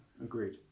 Agreed